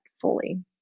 fully